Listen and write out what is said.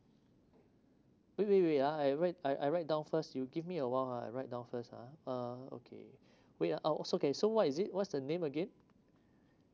wait wait wait yeah I write I I write down first you give me a while ah I write down first ah ah okay wait ah uh oh so okay so what is it what's the name again